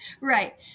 Right